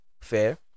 fair